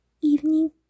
Evening